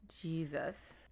Jesus